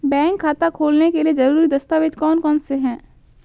Bank खाता खोलने के लिए ज़रूरी दस्तावेज़ कौन कौनसे हैं?